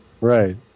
Right